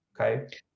okay